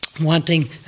Wanting